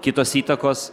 kitos įtakos